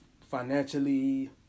financially